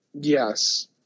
Yes